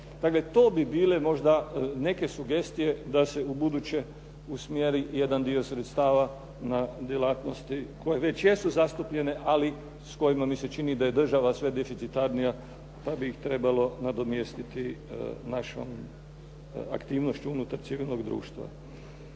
to bi bile možda neke sugestije da se ubuduće usmjeri jedan dio sredstava na djelatnosti koje već jesu zastupljene, ali s kojima mi se čini da je država sve deficitarnija, da bi ih trebalo nadomjestiti našom aktivnošću unutar civilnog društva.